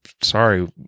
Sorry